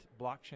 blockchain